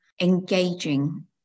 engaging